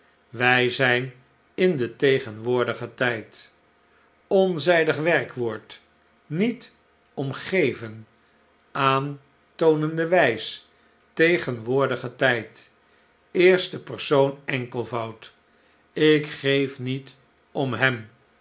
wij zijn in den tegenwoordigen tij'd onzijdig werkwoord niet om geven aantoonend'e whs tegenwoordige tijd eerste persoon enkelvoud ik geef niet om hem